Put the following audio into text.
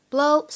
Blow